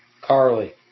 Carly